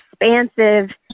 expansive